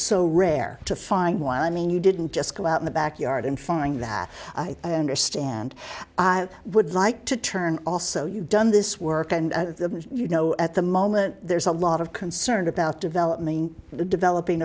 so rare to find one i mean you didn't just go out in the backyard and find that understand i would like to turn also you've done this work and you know at the moment there's a lot of concern about development in the developing